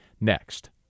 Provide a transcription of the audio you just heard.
next